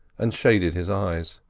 and shaded his eyes.